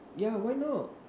yeah why not